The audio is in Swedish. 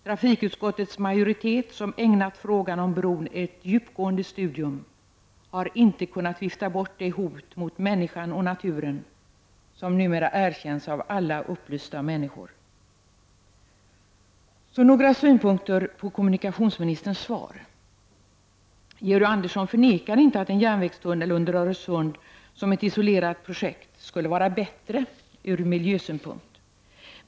Trafikutskottets majoritet, som ägnat frågan om bron ett djupgående studium, har inte kunna vifta bort det hot mot människan och naturen som numera erkänns av alla upplysta människor. Jag har några synpunkter på kommunikationsministerns svar. Georg Andersson förnekar inte att en järnvägstunnel under Öresund, som ett isolerat projekt, skulle vara bättre ur miljösynpunkt.